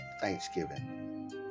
thanksgiving